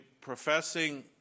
professing